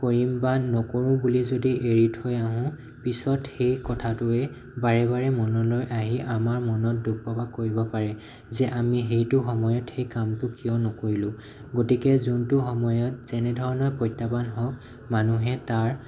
কৰিম বা নকৰোঁ বুলি যদি এৰি থৈ আহো পিছত সেই কথাটোৱে বাৰে বাৰে মনলৈ আহি আমাৰ মনত দুখ প্ৰকাশ কৰিব পাৰে যে আমি সেইটো সময়ত সেই কামটো কিয় নকৰিলো গতিকে যোনটো সময়ত যেনে ধৰণৰ প্ৰত্যাহ্বান হওক মানুহে তাৰ